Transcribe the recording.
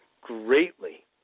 greatly